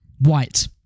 White